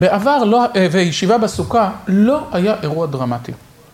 בעבר, וישיבה בסוכה, לא היה אירוע דרמטי.